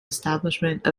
establishment